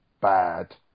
bad